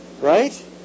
right